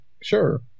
sure